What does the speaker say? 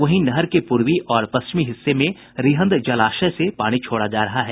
वहीं नहर के पूर्वी और पश्चिमी हिस्से में रिहंद जलाशय से भी पानी छोड़ा जा रहा है